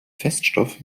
feststoff